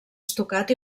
estucat